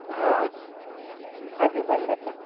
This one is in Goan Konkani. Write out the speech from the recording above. बाजूबंद आसा